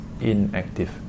inactive